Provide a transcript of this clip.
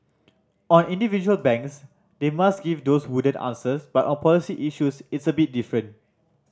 on individual banks they must give those wooden answers but on policy issues it's a bit different